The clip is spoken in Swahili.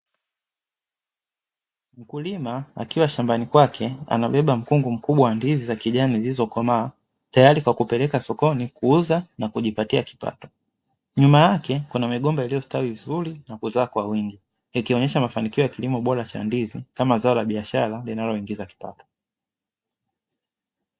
Mkulima akiwa shambani kwake anabeba mkungu mkubwa wa ndizi za kijani zilizokomaa, tayari kwa kupeleka sokoni kuuza na kujipatia kipato. Nyuma yake kuna migomba iliyostawi vizuri na kuzaa kwa wingi, ikionyesha mafanikio ya kilimo bora cha ndizi kama zao la biashara linaloingiza kipato.